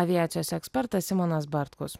aviacijos ekspertas simonas bartkus